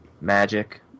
Magic